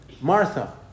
Martha